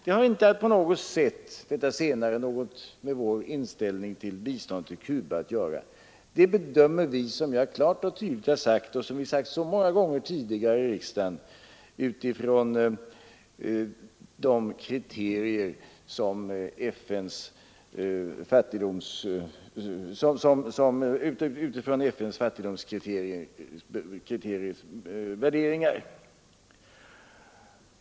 Detta senare har inte alls något med vår inställning till biståndet till Cuba att göra. Det bedömer vi, som jag klart och tydligt har sagt och som vi har sagt så många gånger tidigare i riksdagen, utifrån FN:s fattigdomskriterier.